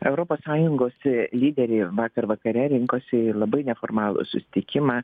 europos sąjungos lyderiai vakar vakare rinkosi į labai neformalų susitikimą